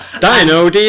dino